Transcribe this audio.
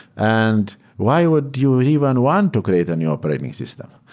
and why would you even want to create a new operating system?